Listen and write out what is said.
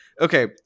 Okay